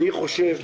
אני חושב,